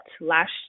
last